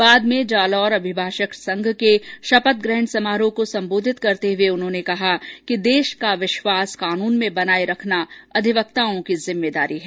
बाद में जालोर अभिभाषक संघ के शपथ ग्रहण समारोह को संबोधित करते हुये उन्होंने कहा कि देश का विश्वास कानून में बनाये रखना अधिवक्ताओं की जिम्मेदारी है